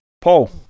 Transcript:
Paul